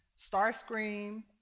Starscream